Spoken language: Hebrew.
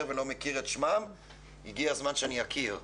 ולא מכיר את שמם והגיע הזמן שאני אכיר.